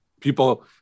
people